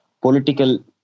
political